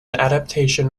adaptation